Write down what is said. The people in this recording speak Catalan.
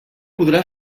podrà